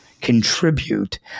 contribute